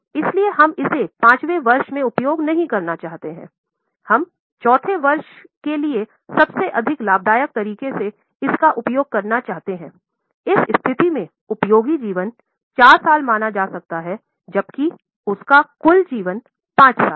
इसलिए हम इसे 5 वें वर्ष में उपयोग नहीं करना चाहते हैं हम 4 साल के लिए सबसे अधिक लाभदायक तरीके से इसका उपयोग करना चाहते हैं इस स्थिति में उपयोगी जीवन 4 माना जा सकता है जबकी कुल जीवन 5 है